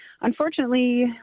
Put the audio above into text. unfortunately